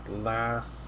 last